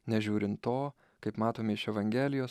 nežiūrint to kaip matome iš evangelijos